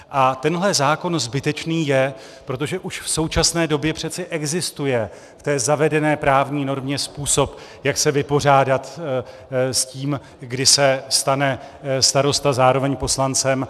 A tenhle zákon zbytečný je, protože už v současné době přece existuje v zavedené právní normě způsob, jak se vypořádat s tím, kdy se stane starosta zároveň poslancem.